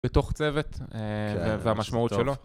בתוך צוות והמשמעות שלו.